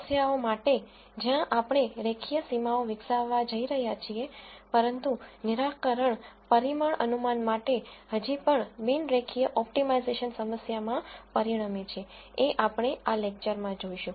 સમસ્યાઓ માટે જ્યાં આપણે રેખીય સીમાઓ વિકસાવવા જઈ રહ્યા છીએ પરંતુ નિરાકરણ પરિમાણ અનુમાન માટે હજી પણ બિન રેખીય ઓપ્ટિમાઇઝેશન સમસ્યામાં પરિણમે છે એ આપણે આ લેકચરમાં જોઈશું